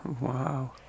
Wow